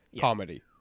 comedy